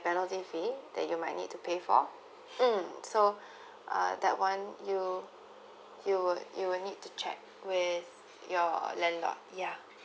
penalty fee that you might need to pay for mm so uh that one you you will you will need to check with your landlord ya